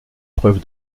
preuve